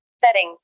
Settings